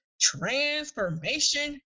transformation